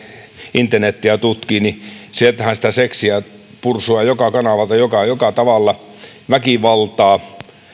internetiä tutkii sieltähän sitä seksiä pursuaa joka kanavalta joka tavalla väkivaltaa